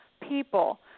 people